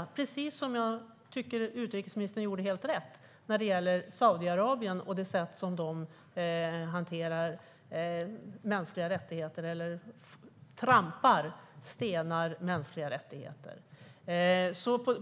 Det var precis vad utrikesministern gjorde, vilket jag tycker var helt rätt, när det gäller Saudiarabien och det sätt på vilket de hanterar - eller trampar på och stenar - mänskliga rättigheter.